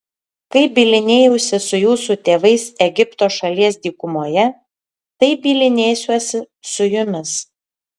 kaip bylinėjausi su jūsų tėvais egipto šalies dykumoje taip bylinėsiuosi su jumis